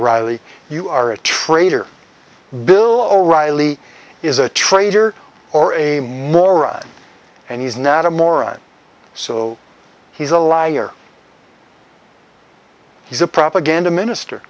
eilly you are a traitor bill o'reilly is a traitor or a moron and he's not a moron so he's a liar he's a propaganda minister